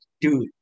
Dude